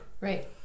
Right